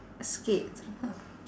skate